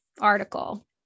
article